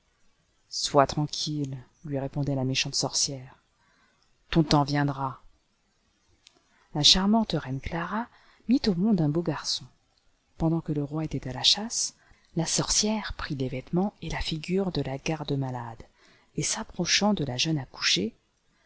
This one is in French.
sois tranquille lui répondait la méchante sorcière ton temps viendra la charmante reine clara mit au monde un beau garçon pendant que le roi était à la chasse la sorcière prit les vêtements et la figure de la gardemalade et s'approchant de la jeune accouchée